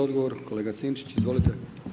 Odgovor kolega Sinčić, izvolite.